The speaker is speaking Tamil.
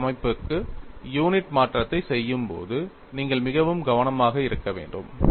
ஐ அமைப்புக்கு யூனிட் மாற்றத்தை செய்யும்போது நீங்கள் மிகவும் கவனமாக இருக்க வேண்டும்